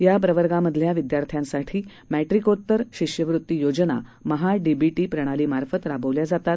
या प्रवर्गामधल्या विद्यार्थ्यासाठी मॅट्रिकोत्तर शिष्यवृत्ती योजना महाडीबीटी प्रणालीमार्फत राबवल्या जातात